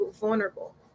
vulnerable